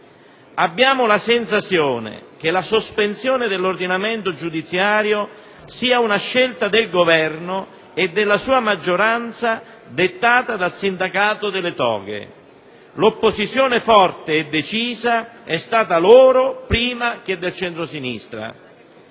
Abbiamo la sensazione che la sospensione della riforma dell'ordinamento giudiziario sia una scelta del Governo e della sua maggioranza, dettata dal sindacato delle toghe: l'opposizione forte e decisa è venuta da loro, prima che dal centro-sinistra.